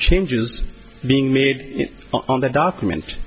changes being made on the document